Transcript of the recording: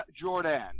jordan